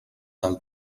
del